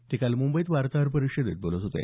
ते काल मुंबईत वार्ताहर परिषदेत बोलत होते